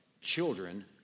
Children